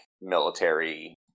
military